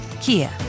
Kia